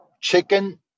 chicken